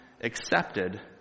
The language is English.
accepted